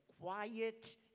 quiet